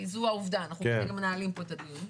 כי זו העובדה, אנחנו מנהלים פה את הדיון,